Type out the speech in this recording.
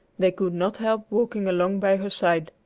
they could not help walking along by her side.